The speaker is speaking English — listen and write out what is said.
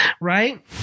right